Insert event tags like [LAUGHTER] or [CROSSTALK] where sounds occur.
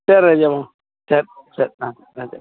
சரி [UNINTELLIGIBLE] சரி சரி ஆ [UNINTELLIGIBLE]